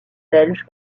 belge